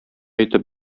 итеп